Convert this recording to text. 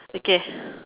okay